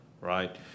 right